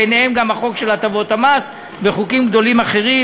ביניהם גם החוק של הטבות המס וחוקים גדולים אחרים,